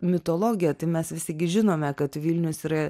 mitologiją tai mes visi gi žinome kad vilnius yra